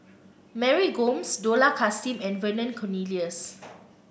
Mary Gomes Dollah Kassim and Vernon Cornelius